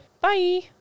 Bye